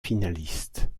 finalistes